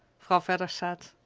vedder said,